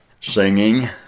singing